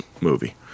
movie